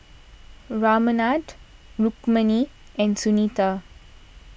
Ramanand Rukmini and Sunita